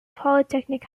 polytechnic